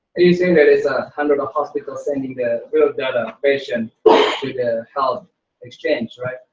are you saying that it's a hundred of hospitals saying that will data patient to the health exchange, right?